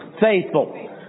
Faithful